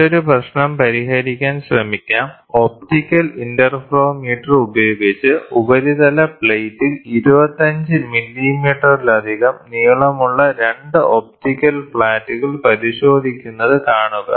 മറ്റൊരു പ്രശ്നം പരിഹരിക്കാൻ ശ്രമിക്കാം ഒപ്റ്റിക്കൽ ഇന്റർഫെറോമീറ്റർ ഉപയോഗിച്ച് ഉപരിതല പ്ലേറ്റിൽ 25 മില്ലീമീറ്ററിലധികം നീളമുള്ള 2 ഒപ്റ്റിക്കൽ ഫ്ലാറ്റുകൾ പരിശോധിക്കുന്നത് കാണുക